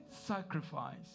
sacrifice